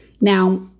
Now